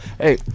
Hey